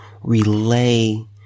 relay